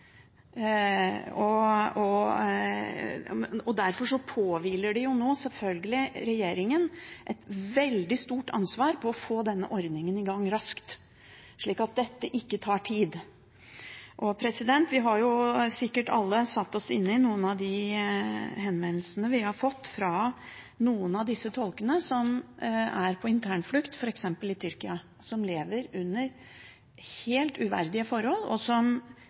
er hele begrunnelsen. Derfor påhviler det selvfølgelig nå regjeringen et veldig stort ansvar for å få denne ordningen i gang raskt, slik at dette ikke tar tid. Vi har sikkert alle satt oss inn i noen av de henvendelsene vi har fått fra noen av disse tolkene som er på internflukt i f.eks. Tyrkia, som lever under helt uverdige forhold. Selvfølgelig er det flere enn vi som vet hvem de er, og